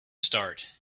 start